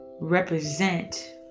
represent